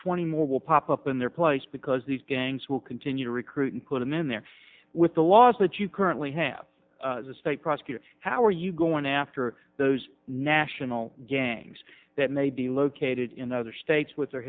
twenty more will pop up in their place because these gangs will continue to recruit and put them in there with the laws that you currently have the state prosecutor how are you going after those national gangs that may be located in other states with their